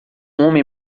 homem